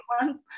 one